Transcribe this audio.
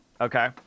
Okay